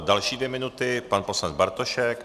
Další dvě minuty pan poslanec Bartošek.